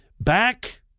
Back